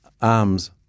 arms